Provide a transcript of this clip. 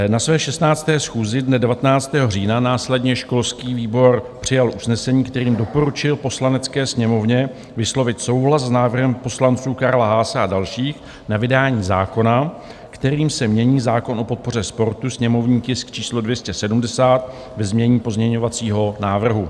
Na své 16. schůzi dne 19. října následně školský výbor přijal usnesení, kterým doporučil Poslanecké sněmovně vyslovit souhlas s návrhem poslanců Karla Haase a dalších na vydání zákona, kterým se mění zákon o podpoře sportu, sněmovní tisk číslo 270, ve znění pozměňovacího návrhu.